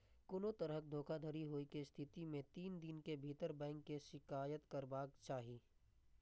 कोनो तरहक धोखाधड़ी होइ के स्थिति मे तीन दिन के भीतर बैंक के शिकायत करबाक चाही